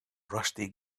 rusty